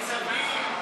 ניצבים,